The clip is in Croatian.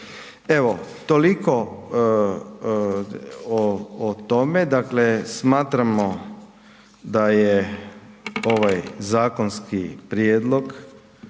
Evo, toliko o tome, dakle, smatramo da je ovaj zakonski prijedlog